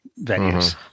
venues